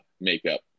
makeup